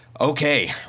Okay